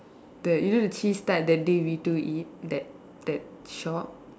the you know the cheese tart that day we two eat that that shop